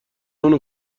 اونو